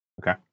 Okay